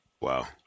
Wow